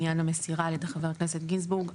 ידי חבר הכנסת גינזבורג בעניין המסירה.